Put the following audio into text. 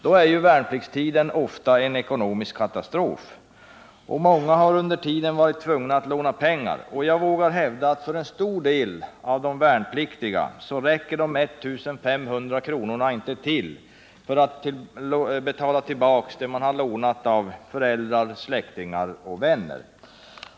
Då är ju värnpliktstiden ofta en ekonomisk katastrof. Många har under denna tid varit tvungna att låna pengar, och jag vågar hävda att för en stor del av de värnpliktiga räcker de 1 500 kronorna inte till för att betala tillbaka det man lånat av föräldrar, släktingar och vänner.